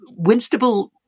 Winstable